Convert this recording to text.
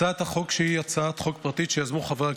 הצעת החוק היא הצעת חוק פרטית שיזמו חברי